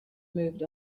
moved